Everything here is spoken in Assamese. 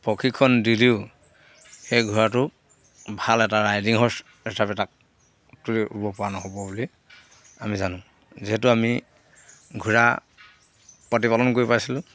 প্ৰশিক্ষণ দিলেও সেই ঘোঁৰাটো ভাল এটা ৰাইডিং হৰ্চ হিচাপে তাক তুলিব পৰা নহ'ব বুলি আমি জানো যিহেতু আমি ঘোঁৰা প্ৰতিপালন কৰি পাইছিলোঁ